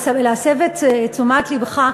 להסב אליה את תשומת לבך.